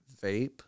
vape